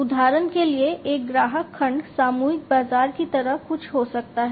उदाहरण के लिए एक ग्राहक खंड सामूहिक बाजार की तरह कुछ हो सकता है